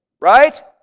right?